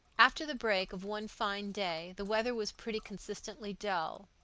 after the break of one fine day the weather was pretty consistently dull.